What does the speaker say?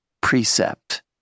precept